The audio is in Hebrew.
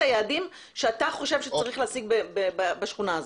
היעדים שאתה חושב שצריך להשיג בשכונה הזאת?